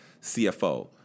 CFO